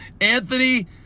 Anthony